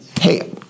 hey